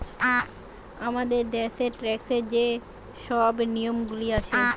আমাদের দ্যাশের ট্যাক্সের যে শব নিয়মগুলা আছে